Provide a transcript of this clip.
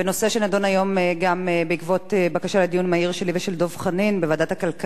שנדון היום גם בעקבות בקשה לדיון מהיר שלי ושל דב חנין בוועדת הכלכלה,